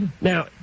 Now